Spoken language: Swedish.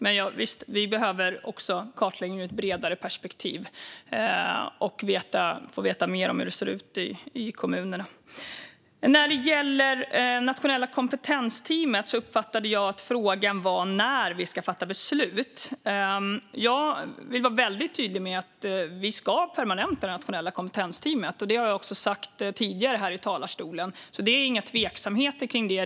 Men visst behöver vi även en kartläggning ur ett bredare perspektiv, och vi behöver veta mer om hur det ser ut i kommunerna. När det gäller Nationella kompetensteamet uppfattade jag att frågan var när vi ska fatta beslut. Jag vill vara väldigt tydlig med att vi ska permanenta Nationella kompetensteamet. Det har jag också sagt tidigare här i talarstolen. Det är inga tveksamheter kring det.